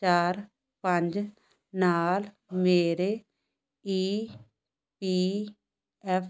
ਚਾਰ ਪੰਜ ਨਾਲ ਮੇਰੇ ਈ ਪੀ ਐੱਫ